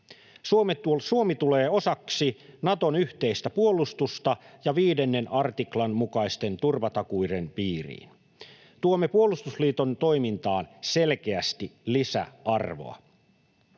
Suomi tulee osaksi Naton yhteistä puolustusta ja 5 artiklan mukaisten turvatakuiden piiriin. Tuomme puolustusliiton toimintaan selkeästi lisäarvoa.